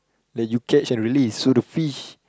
that you catch and release so the fish